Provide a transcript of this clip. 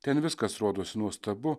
ten viskas rodosi nuostabu